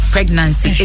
pregnancy